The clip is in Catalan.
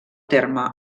terme